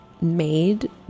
made